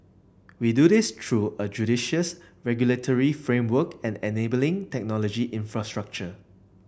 we do this through a judicious regulatory framework and enabling technology infrastructure